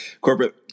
Corporate